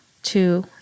two